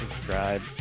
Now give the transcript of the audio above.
subscribe